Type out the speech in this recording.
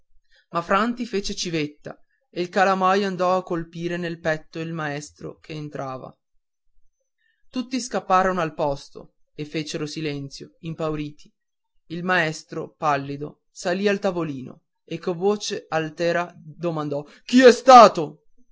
ma franti fece civetta e il calamaio andò a colpire nel petto il maestro che entrava tutti scapparono al posto e fecero silenzio impauriti il maestro pallido salì al tavolino e con voce alterata domandò chi è stato